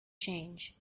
change